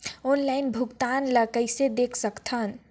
Online भुगतान ल कइसे देख सकथन?